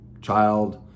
child